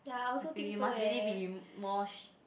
I feel you must really be more